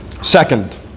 Second